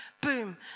boom